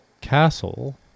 castle